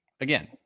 again